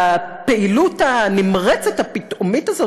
והפעילות הנמרצת הפתאומית הזאת,